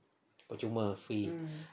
percuma free